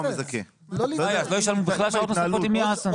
אז לא ישלמו בכלל שעות נוספות אם יעשה?